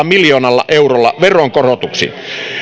miljoonalla eurolla veronkorotuksin